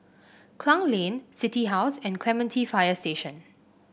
Klang Lane City House and Clementi Fire Station